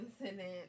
incident